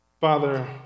Father